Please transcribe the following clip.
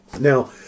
Now